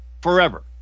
forever